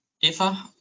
Eva